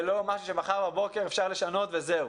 זה לא משהו שאפשר לשנות וזה.